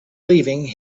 leaving